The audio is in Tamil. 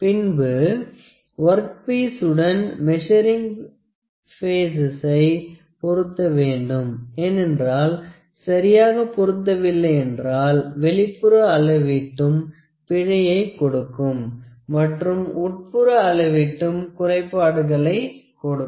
பின்பு ஒர்க்பீசுடன் மெசரிங் பேசசை பொருத்த வேண்டும் ஏனென்றால் சரியாக பொருந்தவில்லை என்றால் வெளிப்புற அளவீட்டும் பிழையை கொடுக்கும் மற்றும் உட்புற அளவீட்டும் குறைபாடுகளை கொடுக்கும்